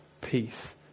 peace